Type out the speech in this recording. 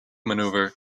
manoeuvre